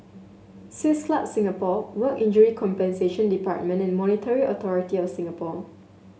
Swiss Club Singapore Work Injury Compensation Department and Monetary Authority Of Singapore